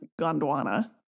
Gondwana